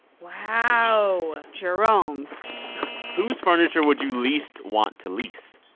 wow jerome's whose furniture would you least want to lease?